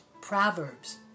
Proverbs